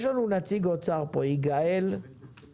יש לנו נציג האוצר פה, יגאל גוטשל?